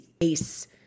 ACE